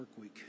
workweek